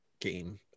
game